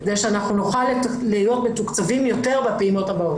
כדי שנוכל להיות מתוקצבים יותר בפעימות הבאות.